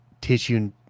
tissue